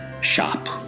shop